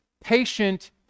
patient